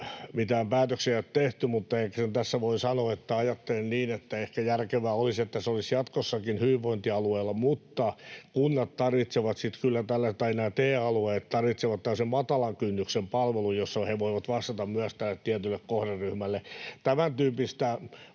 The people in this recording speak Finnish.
mitään päätöksiä ei ole tehty, mutta sen tässä voi sanoa, että ajattelen niin, että ehkä järkevää olisi, että se olisi jatkossakin hyvinvointialueilla, mutta TE-alueet tarvitsevat sitten kyllä tällaisen matalan kynnyksen palvelun, jossa he voivat vastata myös tälle tietylle kohderyhmälle. Tämäntyyppisestä